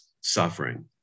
suffering